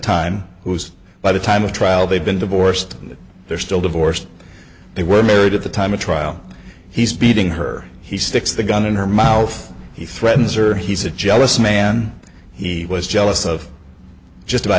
time who was by the time of trial they've been divorced they're still divorced they were married at the time of trial he's beating her he sticks the gun in her mouth he threatens or he's a jealous man he was jealous of just about